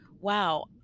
Wow